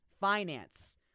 finance